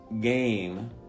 game